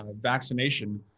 vaccination